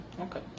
Okay